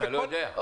מה, אתה לא יודע?